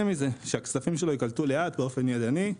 מזה ושהכספים שלו ייקלטו לאט באופן ידני.